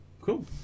cool